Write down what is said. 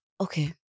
okay